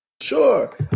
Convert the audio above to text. Sure